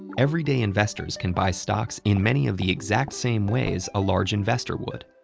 everyday investors can buy stocks in many of the exact same ways a large investor would.